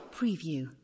Preview